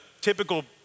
typical